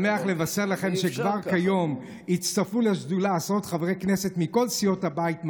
שמח לבשר לכם שכבר כיום הצטרפו לשדולה עשרות חברי כנסת מכל סיעות הבית.